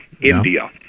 India